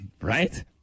Right